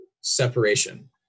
separation